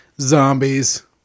Zombies